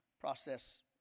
process